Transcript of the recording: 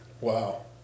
Wow